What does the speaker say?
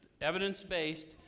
evidence-based